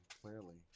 clearly